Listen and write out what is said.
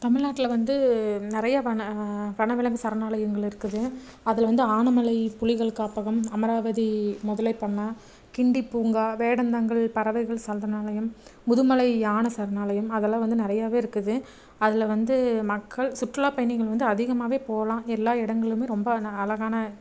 தமிழ்நாட்ல வந்து நிறைய வன வனவிலங்கு சரணாலயங்கள் இருக்குது அதில் வந்து ஆனைமலை புலிகள் காப்பகம் அமராவதி முதலை பண்ணை கிண்டி பூங்கா வேடந்தாங்கல் பறவைகள் சரணாலயம் முதுமலை யானை சரணாலயம் அதெல்லாம் வந்து நிறையாவே இருக்குது அதில் வந்து மக்கள் சுற்றுலா பயணிகள் வந்து அதிகமாகவே போகலாம் எல்லா இடங்களுமே ரொம்ப ந அழகான